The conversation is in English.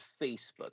Facebook